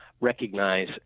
recognize